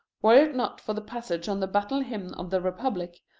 were it not for the passage on the battle hymn of the republic,